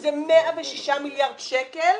שזה 106 מיליארד שקל,